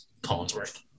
Collinsworth